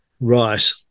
right